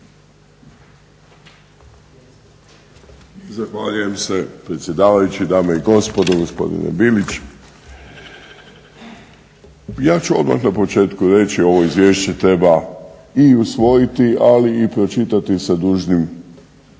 Zahvaljujem se predsjedavajući, dame i gospodo, gospodine Bilić. Ja ću odmah na početku reći ovo izvješće treba i usvojiti ali i pročitati sa dužnim